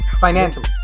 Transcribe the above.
financially